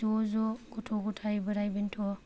ज' ज' गथ' गथाय बोराय बेन्थ'